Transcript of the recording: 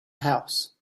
house